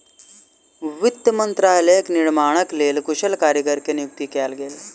वित्त मंत्रालयक निर्माणक लेल कुशल कारीगर के नियुक्ति कयल गेल